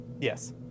Yes